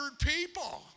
people